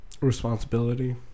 Responsibility